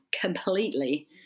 completely